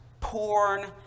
porn-